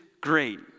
Great